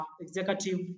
executive